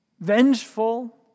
Vengeful